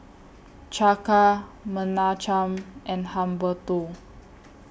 Chaka Menachem and Humberto